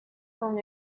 con